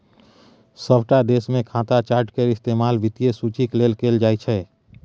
सभटा देशमे खाता चार्ट केर इस्तेमाल वित्तीय सूचीक लेल कैल जाइत छै